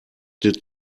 did